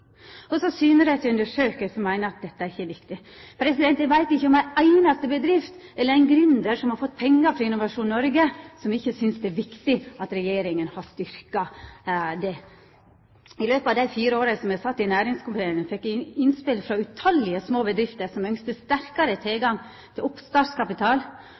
Og så syner dei til ei undersøking som meiner at dette ikkje er viktig. Eg veit ikkje om ei einaste bedrift eller ein einaste gründer som har fått pengar frå Innovasjon Norge, som ikkje synest det er viktig at regjeringa har styrkt dette. I løpet av dei fire åra eg sat i næringskomiteen, fekk eg innspel frå utallige små bedrifter som ønskte sterkare tilgang til oppstartskapital,